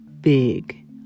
Big